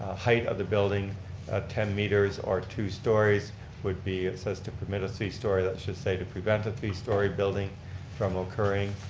height of the building ten meters or two stories would be, it says to permit a three story, that should say to prevent a three story building from occurring.